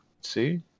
see